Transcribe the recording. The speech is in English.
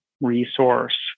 resource